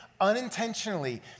unintentionally